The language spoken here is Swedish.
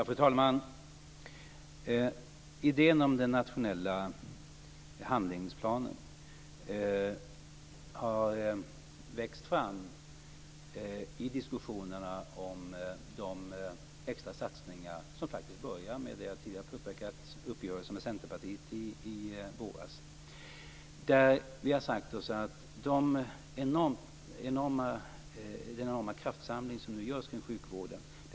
Fru talman! Idén om den nationella handlingsplanen har växt fram i diskussionerna om de extra satsningarna, som faktiskt börjar med det jag tidigare har påpekat, dvs. uppgörelsen med Centerpartiet i våras. Vi har talat om den enorma kraftsamling som nu görs kring sjukvården.